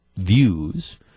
views